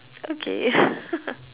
okay